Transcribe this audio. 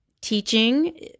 teaching